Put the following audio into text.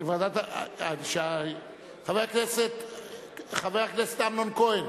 התשס"ט 2009,